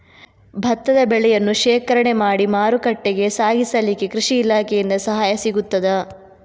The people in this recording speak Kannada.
ಭತ್ತದ ಬೆಳೆಯನ್ನು ಶೇಖರಣೆ ಮಾಡಿ ಮಾರುಕಟ್ಟೆಗೆ ಸಾಗಿಸಲಿಕ್ಕೆ ಕೃಷಿ ಇಲಾಖೆಯಿಂದ ಸಹಾಯ ಸಿಗುತ್ತದಾ?